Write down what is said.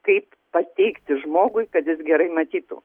kaip pateikti žmogui kad jis gerai matytų